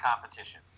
competition